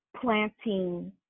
planting